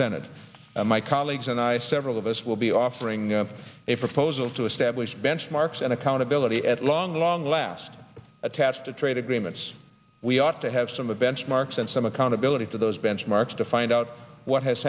senate in my car leagues and i several of us will be offering up a proposal to establish benchmarks and accountability at long long last attached to trade agreements we ought to have some of benchmarks and some accountability for those benchmarks to find out what has